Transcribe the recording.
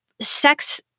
sex